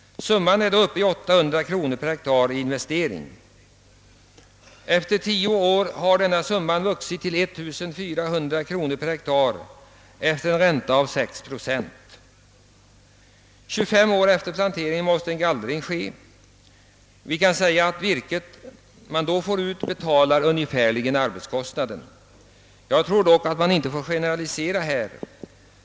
Summan är då uppe i 800 kronor per hektar i investeringar. Efter tio år har denna summa vuxit till 1400 kronor per hektar räknat efter en ränta av 6 procent. Ca 25 år efter planteringen måste man gallra skogen. Det virke man då får ut betalar ungefär arbetskostnaden. Jag tror dock att man inte får generalisera.